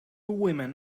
women